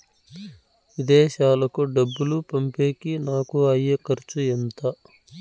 విదేశాలకు డబ్బులు పంపేకి నాకు అయ్యే ఖర్చు ఎంత?